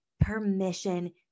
permission